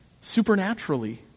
Supernaturally